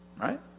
right